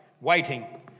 waiting